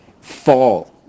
fall